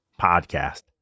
podcast